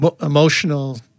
emotional